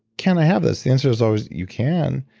can i have this? the answer is always you can.